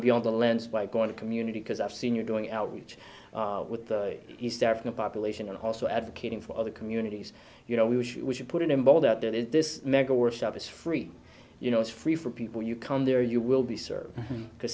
beyond the lens by going to community because i've seen you're doing outreach with the east african population and also advocating for other communities you know we should put it in bold out there that this mega workshop is free you know it's free for people you come there you will be served